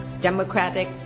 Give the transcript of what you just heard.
democratic